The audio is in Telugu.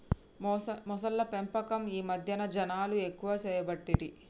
మొసళ్ల పెంపకం ఈ మధ్యన జనాలు ఎక్కువ చేయబట్టిరి